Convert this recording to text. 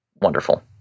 wonderful